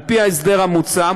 על פי ההסדר המוצע,